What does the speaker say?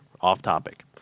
off-topic